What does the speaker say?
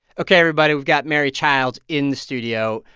ok, everybody, we've got mary childs in the studio.